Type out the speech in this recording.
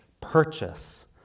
purchase